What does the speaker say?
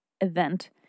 event